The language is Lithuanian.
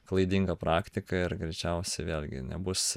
klaidinga praktika ir greičiausiai vėlgi nebus